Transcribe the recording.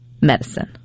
medicine